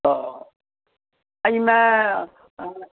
तऽ एहिमे